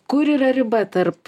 kur yra riba tarp